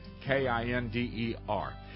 K-I-N-D-E-R